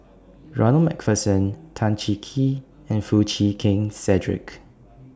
Ronald MacPherson Tan Cheng Kee and Foo Chee Keng Cedric